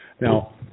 Now